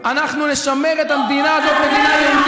אנחנו ניתן לכם, עיסאווי,